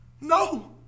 no